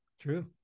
true